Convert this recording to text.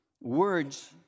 words